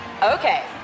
Okay